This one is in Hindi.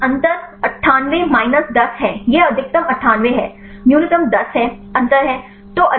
अंतर 98 माइनस 10 है यह अधिकतम 98 है न्यूनतम 10 है अंतर है